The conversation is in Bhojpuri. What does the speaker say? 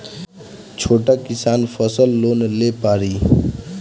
छोटा किसान फसल लोन ले पारी?